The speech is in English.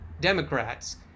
Democrats